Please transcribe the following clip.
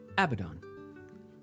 Abaddon